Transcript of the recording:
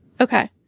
Okay